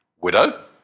widow